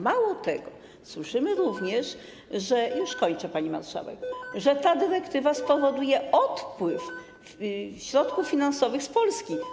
Mało tego, słyszymy również - już kończę, pani marszałek - że ta dyrektywa spowoduje odpływ środków finansowych z Polski.